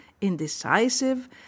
indecisive